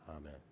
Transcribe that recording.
Amen